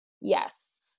Yes